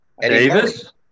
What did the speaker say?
Davis